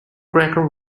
cracker